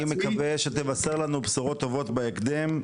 אני מקווה שתבשר לנו בשורות טובות בהקדם,